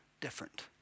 different